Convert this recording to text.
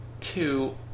two